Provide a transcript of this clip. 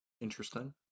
Interesting